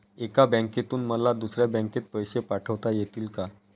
एका बँकेतून मला दुसऱ्या बँकेत पैसे पाठवता येतील का?